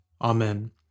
Amen